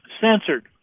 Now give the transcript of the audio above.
censored